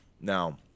Now